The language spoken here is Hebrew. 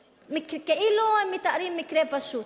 כאילו הם מתארים מקרה פשוט: